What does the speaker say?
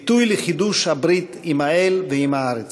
ביטוי לחידוש הברית עם האל ועם הארץ.